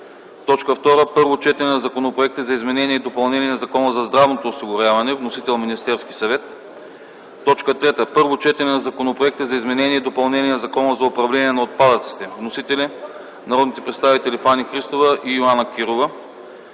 съвет. 2. Първо четене на Законопроекта за изменение и допълнение на Закона за здравното осигуряване. Вносител е Министерският съвет. 3. Първо четене на Законопроекта за изменение и допълнение на Закона за управление на отпадъците. Вносители са народните представители Фани Христова и Йоана Кирова.